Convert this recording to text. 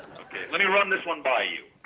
ok? let me run this one by you.